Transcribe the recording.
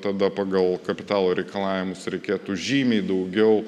tada pagal kapitalo reikalavimus reikėtų žymiai daugiau